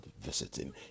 visiting